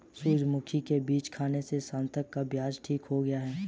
सूरजमुखी के बीज खाने से सार्थक का कब्ज ठीक हो गया